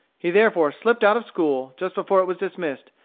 he therefore slipped out of school, just before it was dismissed,